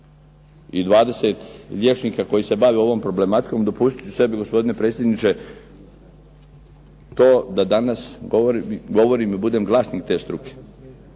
i 20 liječnika koji se bave ovom problematikom. Dopustiti ću sebi gospodine predsjedniče to da danas govorim i budem glasnik te struke.